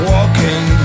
Walking